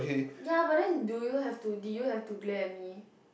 ya but then do you have to did you have to glare at me